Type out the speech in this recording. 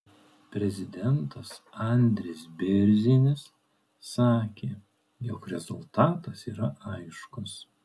prezidentas andris bėrzinis sakė jog rezultatas yra aiškus